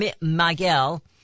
Miguel